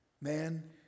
Man